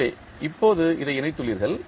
எனவே இப்போது இதை இணைத்துள்ளீர்கள்